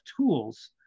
tools